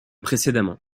précédemment